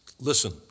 Listen